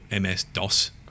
MS-DOS